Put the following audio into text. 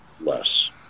less